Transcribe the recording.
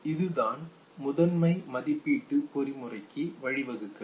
இதுதான் முதன்மை மதிப்பீட்டு பொறிமுறைக்கு வழிவகுக்கிறது